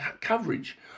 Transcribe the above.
Coverage